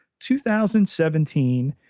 2017